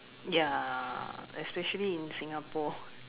ya especially in Singapore